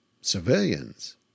civilians